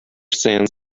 sends